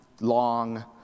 long